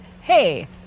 hey